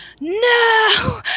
no